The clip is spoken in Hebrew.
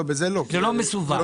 לא, זה תיאור התכנית.